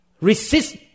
resist